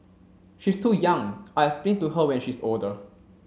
she's too young I'll explain to her when she's older